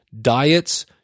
Diets